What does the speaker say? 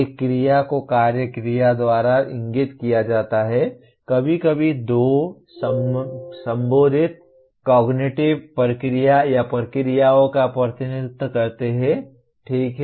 एक क्रिया को कार्य क्रिया द्वारा इंगित किया जाता है कभी कभी दो संबंधित कॉग्निटिव प्रक्रिया या प्रक्रियाओं का प्रतिनिधित्व करते हैं ठीक है